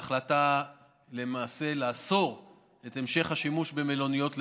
וההחלטה למעשה לאסור את המשך השימוש במלוניות לבידוד.